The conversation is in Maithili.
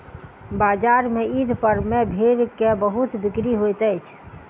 बजार में ईद पर्व में भेड़ के बहुत बिक्री होइत अछि